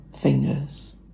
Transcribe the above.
fingers